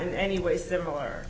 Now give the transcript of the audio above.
in any way similar